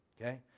Okay